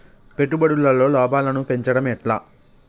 పెట్టుబడులలో లాభాలను పెంచడం ఎట్లా?